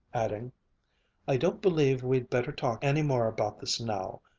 adding i don't believe we'd better talk any more about this now.